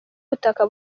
ubutaka